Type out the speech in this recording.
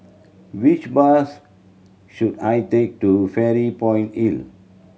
which bus should I take to Fairy Point Hill